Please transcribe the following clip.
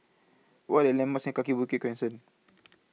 What Are The landmarks Kaki Bukit Crescent